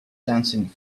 dancing